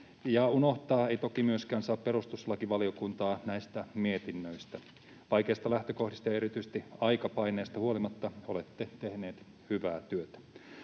unohtaa ei toki myöskään saa perustuslakivaliokuntaa näistä mietinnöistä. Vaikeista lähtökohdista ja erityisesti aikapaineesta huolimatta olette tehneet hyvää työtä.